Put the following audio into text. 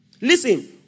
Listen